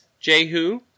Jehu